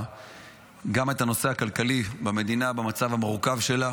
את הנושא הכלכלי במדינה במצב המורכב שלה.